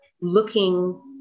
looking